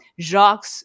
jacques